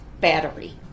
battery